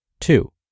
Two